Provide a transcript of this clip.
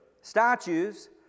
statues